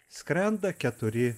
skrenda keturi